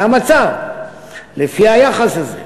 זה המצב לפי היחס הזה.